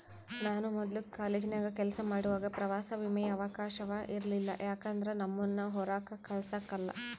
ನಾನು ಮೊದ್ಲು ಕಾಲೇಜಿನಾಗ ಕೆಲಸ ಮಾಡುವಾಗ ಪ್ರವಾಸ ವಿಮೆಯ ಅವಕಾಶವ ಇರಲಿಲ್ಲ ಯಾಕಂದ್ರ ನಮ್ಮುನ್ನ ಹೊರಾಕ ಕಳಸಕಲ್ಲ